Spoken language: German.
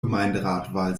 gemeinderatwahl